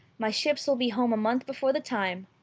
my ships will be home a month before the time.